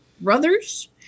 brothers